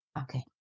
Okay